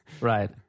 Right